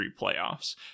playoffs